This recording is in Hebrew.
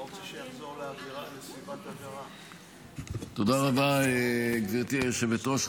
תודה רבה, גברתי היושבת-ראש.